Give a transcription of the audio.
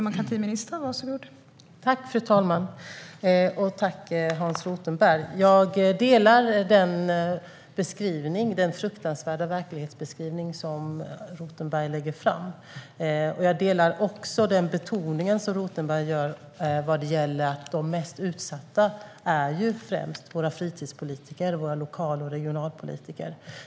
Fru talman! Tack, Hans Rothenberg! Jag delar den fruktansvärda verklighetsbeskrivning som Rothenberg lägger fram. Jag delar också Rothenbergs syn när han betonar att de mest utsatta är våra fritidspolitiker - våra lokal och regionalpolitiker.